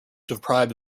deprived